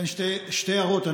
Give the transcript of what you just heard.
כן, שתי הערות.